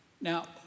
Now